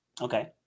Okay